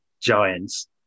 giants